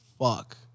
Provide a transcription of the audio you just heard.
fuck